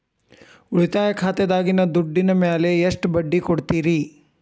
ಉಳಿತಾಯ ಖಾತೆದಾಗಿನ ದುಡ್ಡಿನ ಮ್ಯಾಲೆ ಎಷ್ಟ ಬಡ್ಡಿ ಕೊಡ್ತಿರಿ?